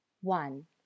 one